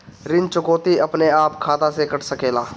ऋण चुकौती अपने आप खाता से कट सकेला?